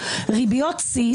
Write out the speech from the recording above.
ריביות שיא,